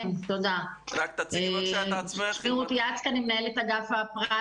אני מנהלת אגף פרט